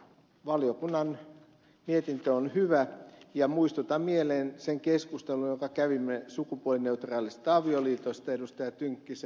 valiokunnan mietintö on hyvä ja muistutan mieleen sen keskustelun jonka kävimme sukupuolineutraalista avioliitosta ed